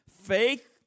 Faith